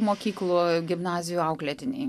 mokyklų gimnazijų auklėtiniai